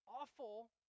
awful